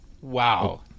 Wow